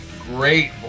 great